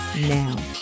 now